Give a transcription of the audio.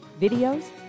videos